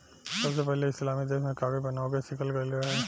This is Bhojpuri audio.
सबसे पहिले इस्लामी देश में कागज बनावे के सिखल गईल रहे